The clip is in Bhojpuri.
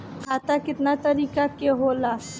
खाता केतना तरीका के होला?